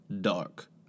Dark